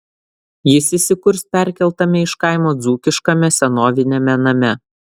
jis įsikurs perkeltame iš kaimo dzūkiškame senoviniame name